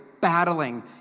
battling